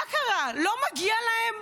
מה קרה, לא מגיע להם?